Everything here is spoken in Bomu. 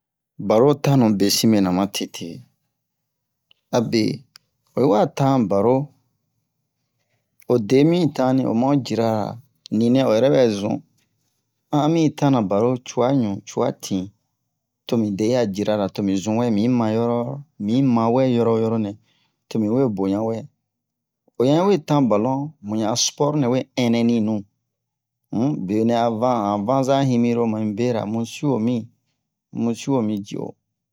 baro tanou besin mɛna ma tete abe oyi wa tan baro o de mi tan ni o ma'o djira ra ni nɛ o yɛrɛ bɛ zun an a mi yi tanan baro ca ɲu ca tin tomi dɛri a djira ra tomi zun wɛ mi'i ma yoro mi'i ma wɛ yoronɛ mi we boɲa wɛ oɲa i we tan baro mu ɲa a sport nɛ we innɛni nu um benɛ a van an vanza yimiro mami bera mu sio mi dji o